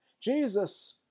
Jesus